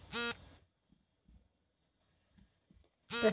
ಪ್ರಸ್ತುತ ನಮ್ಮ ಕರ್ನಾಟಕ ಸರ್ಕಾರದ ಪಶು ಸಂಗೋಪನಾ ಇಲಾಖೆಯ ಸಚಿವರು ಯಾರು?